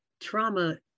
trauma